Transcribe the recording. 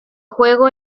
juego